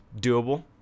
Doable